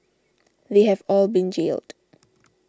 they have all been jailed